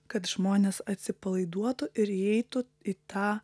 kad žmonės atsipalaiduotų ir įeitų į tą